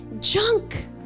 junk